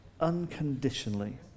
unconditionally